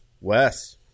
Wes